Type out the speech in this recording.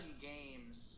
games